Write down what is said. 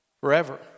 forever